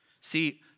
See